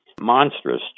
monstrous